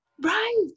Right